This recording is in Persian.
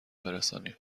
برسانیم